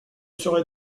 serai